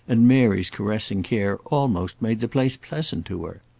and mary's caressing care almost made the place pleasant to her.